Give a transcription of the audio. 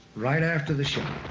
right after the shot,